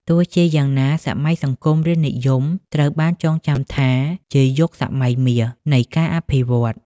ទោះជាយ៉ាងណា សម័យសង្គមរាស្រ្តនិយមត្រូវបានចងចាំថាជា "យុគសម័យមាស" នៃការអភិវឌ្ឍ។